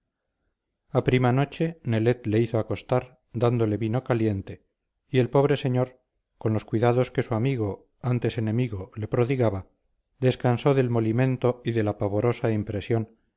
a prima noche nelet le hizo acostar dándole vino caliente y el pobre señor con los cuidados que su amigo antes enemigo le prodigaba descansó del molimento y de la pavorosa impresión